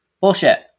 Bullshit